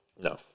No